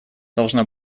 должна